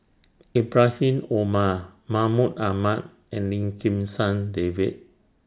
Ibrahim Omar Mahmud Ahmad and Lim Kim San David